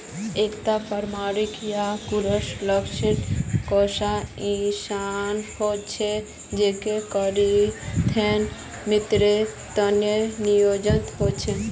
एकता farm worker या कृषि श्रमिक वैसा इंसान ह छेक जेको कृषित श्रमेर त न नियोजित ह छेक